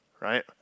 right